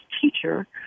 teacher